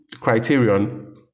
criterion